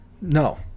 No